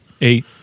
eight